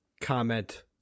comment